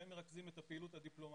והם מרכזים את הפעילות הדיפלומטית,